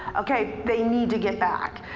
okay, they need to get back.